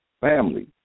family